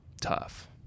tough